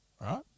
Right